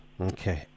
Okay